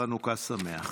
חנוכה שמח.